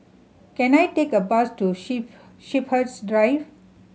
can I take a bus to Sheep Shepherds Drive